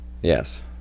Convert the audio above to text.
Yes